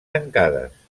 tancades